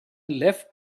left